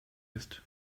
ist